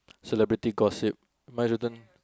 celebrity gossip mine written